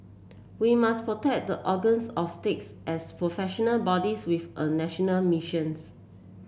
we must protect the organs of state as professional bodies with a national missions